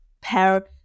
pair